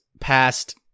past